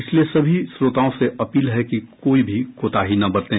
इसलिए सभी श्रोताओं से अपील है कि कोई भी कोताही न बरतें